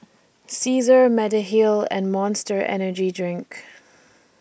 Cesar Mediheal and Monster Energy Drink